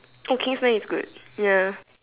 oh kingsman is good ya